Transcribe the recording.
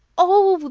oh,